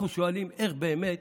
אנחנו שואלים: איך באמת